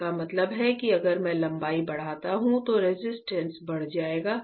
इसका मतलब है कि अगर मैं लंबाई बढ़ाता हूं तो रेजिस्टेंस बढ़ जाएगा